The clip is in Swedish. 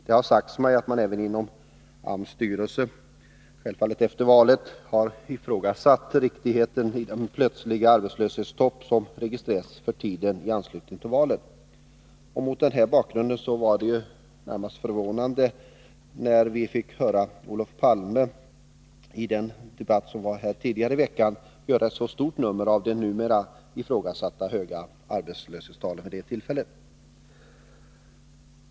Det har sagts mig att man även inom AMS styrelse — självfallet efter valet — har ifrågasatt riktigheten i den plötsliga arbetslöshetstopp som registrerades för tiden i anslutning till valet. Mot den här bakgrunden var det närmast förvånande när vi i den debatt som fördes här tidigare i veckan kunde höra Olof Palme göra ett stort nummer av de numera ifrågasatta höga arbetslöshetstalen.